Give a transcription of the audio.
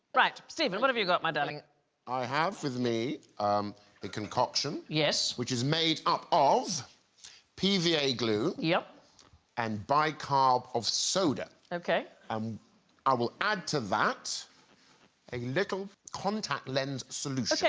right. stephen. what have you got my darling i have with me um a concoction. yes, which is made up of pva glue yep and bicarb of soda, okay, and um i will add to that a little contact lens solution. okay,